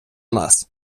нас